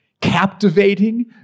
captivating